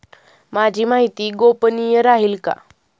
माझी माहिती गोपनीय राहील का?